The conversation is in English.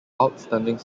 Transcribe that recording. outstanding